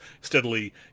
steadily